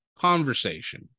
conversation